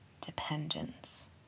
dependence